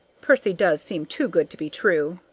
percy does seem too good to be true.